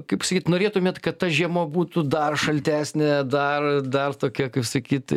kaip sakyt norėtumėt kad ta žiema būtų dar šaltesnė dar dar tokia kaip sakyt